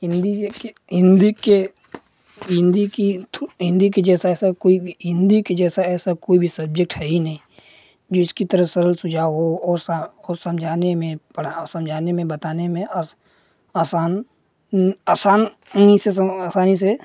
हिन्दी एक कि हिन्दी के हिन्दी कि हिन्दी के जैसा कोई भी हिन्दी कि जैसा ऐसा कोई भी सब्जेक्ट है ही नहीं जो इसकी तरह सरल सुझाव हो और सा और समझाने में पढ़ा समझाने मे बताने में अ असान आसान उन्ही से सम आसानी से